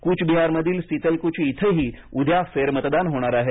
कुचबिहारमधील सितलकुची इथंही उद्या फेरमतदान होणार आहे